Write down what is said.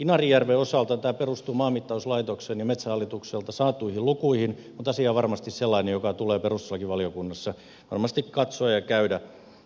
inarijärven osalta tämä perustuu maanmittauslaitokselta ja metsähallitukselta saatuihin lukuihin mutta asia on varmasti sellainen joka tulee perustuslakivaliokunnassa varmasti katsoa ja käydä läpi